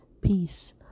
peace